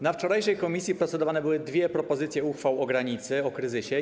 Na wczorajszym posiedzeniu komisji procedowane były dwie propozycje uchwał o granicy, o kryzysie.